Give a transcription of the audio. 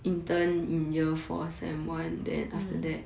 mm